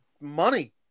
money